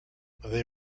they